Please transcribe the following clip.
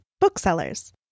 booksellers